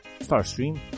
Starstream